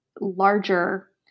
larger